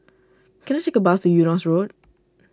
can I take a bus Eunos Road